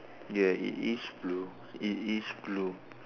ya it is blue it is blue